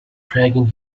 dragging